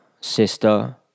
sister